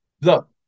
Look